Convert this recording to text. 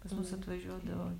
pas mus atvažiuodavo